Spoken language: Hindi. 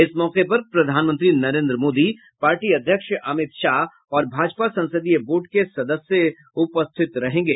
इस मौके पर प्रधानमंत्री नरेन्द्र मोदी पार्टी अध्यक्ष अमित शाह और भाजपा संसदीय बोर्ड के सदस्य उपस्थित रहेंगे